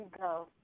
go